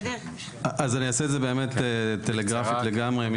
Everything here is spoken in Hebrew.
אז אני אעשה את זה באמת טלגרפית לגמרי,